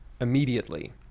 immediately